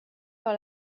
par